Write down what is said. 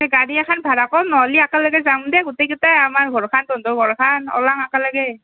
এ গাড়ী এখন ভাড়া কৰ নহ'লি একেলগে যাম দে গোটেইকেইটাই আমাৰ ঘৰখন তহঁতৰ ঘৰখান ওলাং একেলগে